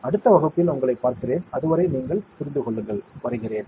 அடுத்த வகுப்பில் உங்களைப் பார்க்கிறேன் அதுவரை நீங்கள் பார்த்துக்கொள்ளுங்கள் வருகிறேன்